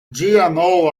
gmo